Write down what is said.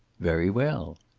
very well.